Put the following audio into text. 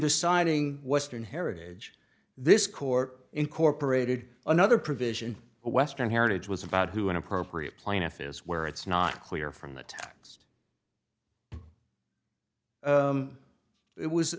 deciding what's in heritage this court incorporated another provision or western heritage was about who an appropriate plaintiff is where it's not clear from the text it was